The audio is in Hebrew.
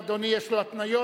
אדוני יש לו התניות?